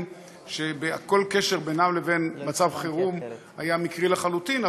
שכל קשר בינם לבין מצב חירום היה מקרי לחלוטין,